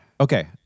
Okay